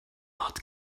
not